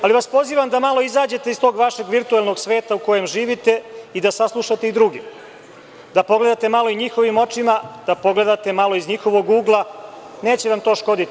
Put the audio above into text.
Pozivam vas da malo izađete iz tog vašeg virtuelnog svega u kojem živite i da saslušate druge, da pogledate malo i njihovim očima, da pogledate malo iz njihovog ugla, neće vam to škoditi.